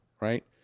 right